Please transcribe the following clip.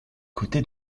côté